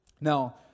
Now